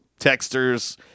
texters